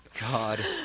God